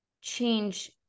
change